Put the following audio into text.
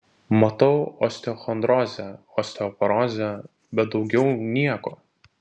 matau osteochondrozę osteoporozę bet daugiau nieko